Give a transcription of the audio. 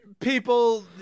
People